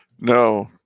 No